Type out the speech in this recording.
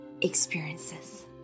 experiences